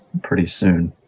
pretty soon.